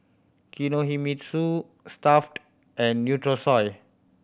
Kinohimitsu Stuff'd and Nutrisoy